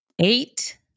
Eight